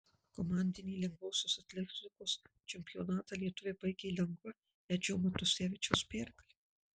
komandinį lengvosios atletikos čempionatą lietuviai baigė lengva edžio matusevičiaus pergale